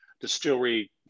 distillery